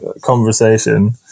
conversation